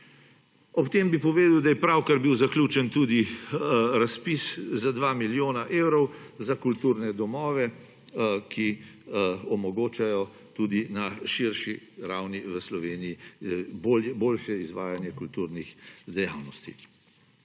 Ob tem bi povedal, da je pravkar bil zaključen tudi razpis za dva milijona evrov za kulturne domove, ki omogočajo tudi na širši ravni v Sloveniji boljše izvajanje kulturnih dejavnosti.